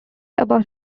about